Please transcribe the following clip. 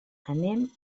anem